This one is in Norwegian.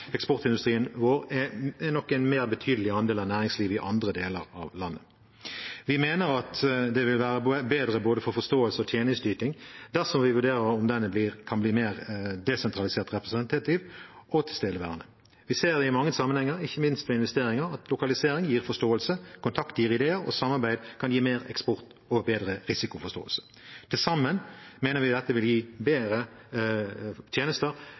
Eksportindustrien vår er nok en mer betydelig andel av næringslivet enn i andre deler av landet. Vi mener at det vil være bedre både for forståelse og tjenesteyting dersom vi vurderer om den nye organisasjonen kan bli mer desentralisert, representativ og tilstedeværende. Vi ser i mange sammenhenger, ikke minst når det gjelder investeringer, at lokalisering gir forståelse, kontakt gir ideer, og samarbeid kan gi mer eksport og bedre risikoforståelse. Til sammen mener vi dette vil gi bedre tjenester,